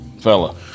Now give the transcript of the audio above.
fella